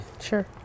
Sure